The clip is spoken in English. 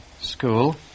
School